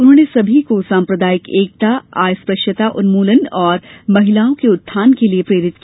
उन्होंने सभी को सम्प्रदायिक एकता अस्पृश्यता उन्मूलन और महिलाओं के उत्थान के लिये प्रेरित किया